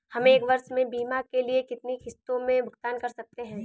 हम एक वर्ष में बीमा के लिए कितनी किश्तों में भुगतान कर सकते हैं?